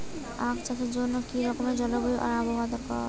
আখ চাষের জন্য কি রকম জলবায়ু ও আবহাওয়া দরকার?